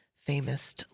Famous